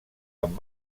amb